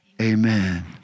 Amen